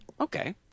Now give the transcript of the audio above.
okay